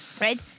right